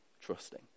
trusting